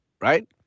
right